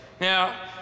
Now